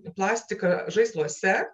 plastiką žaisluose